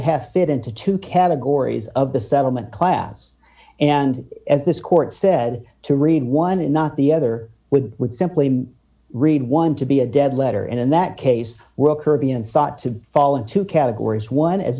have fit into two categories of the settlement class and as this court said to read one and not the other would would simply read one to be a dead letter and in that case were kirby and sought to fall into categories one as